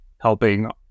Helping